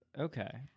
Okay